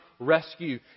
Rescue